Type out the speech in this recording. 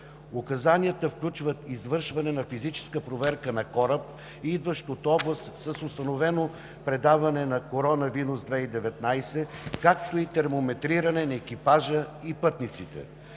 Указанията включват извършване на физическа проверка на кораб, идващ от област с установено предаване на коронавирус 2019, както и термометриране на екипажа и пътниците.